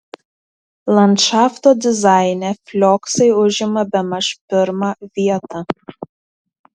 landšafto dizaine flioksai užima bemaž pirmą vietą